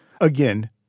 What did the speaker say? Again